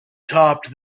topped